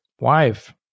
wife